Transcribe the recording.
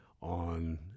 on